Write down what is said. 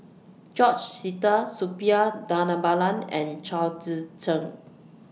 George Sita Suppiah Dhanabalan and Chao Tzee Cheng